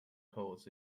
codes